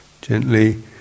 gently